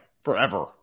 Forever